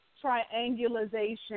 triangulation